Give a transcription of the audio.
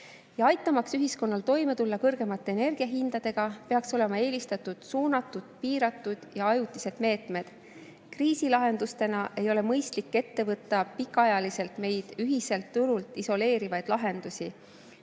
Aitamaks ühiskonnal toime tulla kõrgemate energiahindadega, peaks olema eelistatud suunatud, piiratud ja ajutised meetmed. Kriisilahendustena ei ole mõistlik ette võtta meid ühiselt turult pikaajaliselt isoleerivaid lahendusi,